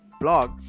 blog